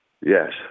Yes